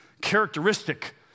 characteristic